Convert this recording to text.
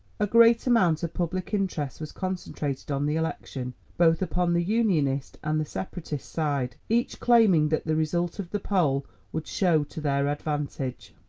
a great amount of public interest was concentrated on the election, both upon the unionist and the separatist side, each claiming that the result of the poll would show to their advantage.